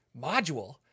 module